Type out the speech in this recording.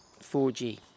4G